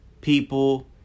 people